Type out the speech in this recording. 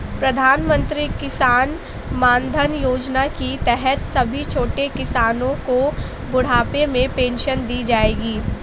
प्रधानमंत्री किसान मानधन योजना के तहत सभी छोटे किसानो को बुढ़ापे में पेंशन दी जाएगी